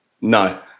No